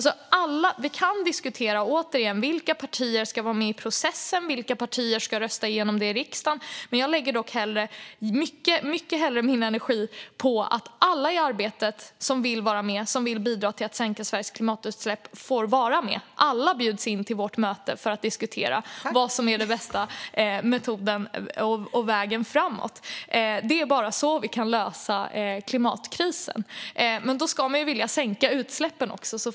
Vi kan återigen diskutera: Vilka partier ska vara med i processen? Vilka partier ska rösta igenom detta i riksdagen? Men jag lägger mycket hellre min energi på att alla som vill vara med i arbetet och som vill bidra till att sänka Sveriges klimatutsläpp ska få vara med. Alla bjuds in till vårt möte för att diskutera vad som är den bästa metoden och vägen framåt. Det är bara så vi kan lösa klimatkrisen. Men då ska man vilja sänka utsläppen också.